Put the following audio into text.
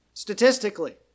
statistically